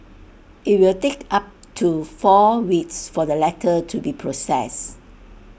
IT will take up to four weeks for the letter to be processed